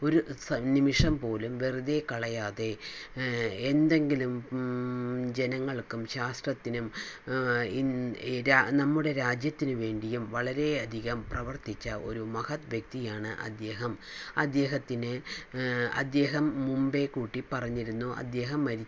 ഒരു സ നിമിഷം പോലും വെറുതെ കളയാതെ എന്തെങ്കിലും ജനങ്ങൾക്കും ശാസ്ത്രത്തിനും ഇൻ ര നമ്മുടെ രാജ്യത്തിന് വേണ്ടിയും വളരെയധികം പ്രവൃത്തിച്ച ഒരു മഹത് വ്യക്തിയാണ് അദ്ദേഹം അദ്ദേഹത്തിന് അദ്ദേഹം മുൻപേ കൂട്ടി പറഞ്ഞിരുന്നു അദ്ദേഹം